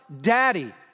Daddy